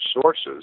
sources